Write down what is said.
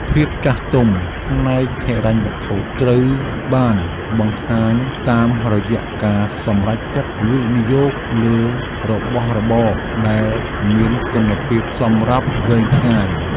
ភាពចាស់ទុំផ្នែកហិរញ្ញវត្ថុត្រូវបានបង្ហាញតាមរយៈការសម្រេចចិត្តវិនិយោគលើរបស់របរដែលមានគុណភាពសម្រាប់វែងឆ្ងាយ。